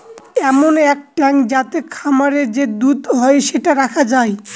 এমন এক ট্যাঙ্ক যাতে খামারে যে দুধ হয় সেটা রাখা যায়